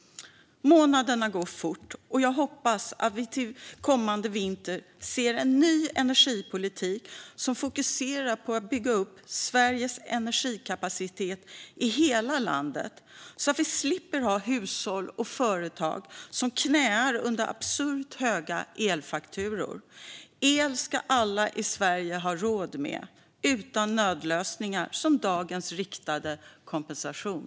Månaderna går fort. Jag hoppas att vi till kommande vinter ser en ny energipolitik som fokuserar på att bygga upp Sveriges energikapacitet i hela landet, så att vi slipper ha hushåll och företag som knäar under absurt höga elfakturor. El ska alla i Sverige ha råd med, utan nödlösningar som dagens riktade kompensation.